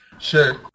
Sure